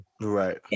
Right